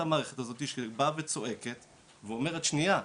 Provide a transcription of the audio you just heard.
המערכת הזאתי שבאה וצועקת ואומרת שניה,